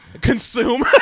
Consume